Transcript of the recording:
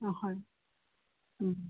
ꯑꯍꯣꯏ ꯎꯝ